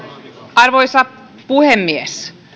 arvoisa puhemies